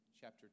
chapter